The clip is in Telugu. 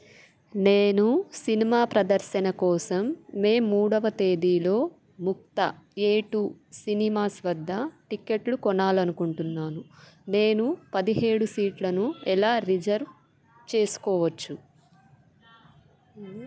నేను సినిమా ప్రదర్శన కోసం మే మూడవ తేదీలో ముక్తా ఏ టూ సినిమాస్ వద్ద టిక్కెట్లు కొనాలనుకుంటున్నాను నేను పదిహేడు సీట్లను ఎలా రిజర్వ్ చేసుకోవచ్చు